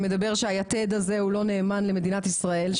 שמדבר על כך שהיתד הזה לא נאמן למדינת ישראל.